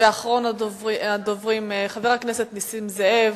ואחרון הדוברים, חבר הכנסת נסים זאב.